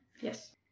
Yes